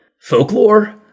folklore